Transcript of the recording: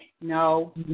No